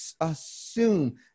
assume